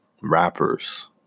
rappers